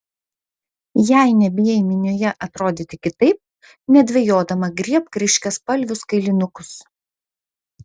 jei nebijai minioje atrodyti kitaip nedvejodama griebk ryškiaspalvius kailinukus